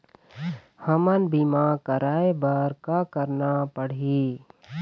हमन बीमा कराये बर का करना पड़ही?